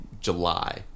July